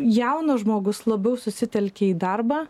jaunas žmogus labiau susitelkia į darbą